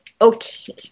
okay